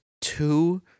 two